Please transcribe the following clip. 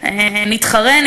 נתחרה,